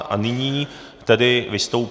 A nyní tedy vystoupí...